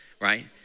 right